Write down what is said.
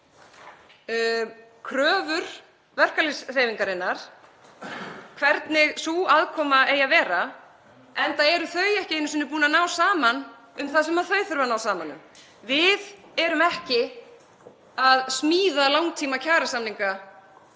kröfur verkalýðshreyfingarinnar um hvernig sú aðkoma eigi að vera enda eru þau ekki einu sinni búin að ná saman um það sem þau þurfa að ná saman um. Við erum ekki að smíða langtímakjarasamninga